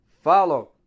Follow